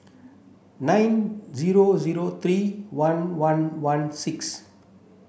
nine zero zero three one one one six